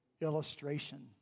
illustration